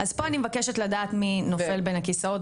אז פה אני מבקשת לדעת מי נופל בין הכיסאות,